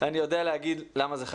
אני יודע להגיד למה זה חריג.